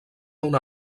una